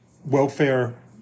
Welfare